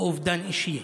או אובדן אישי.